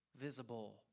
visible